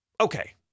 Okay